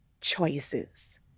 choices